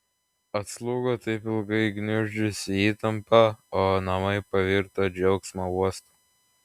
atslūgo taip ilgai gniuždžiusi įtampa o namai pavirto džiaugsmo uostu